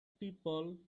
people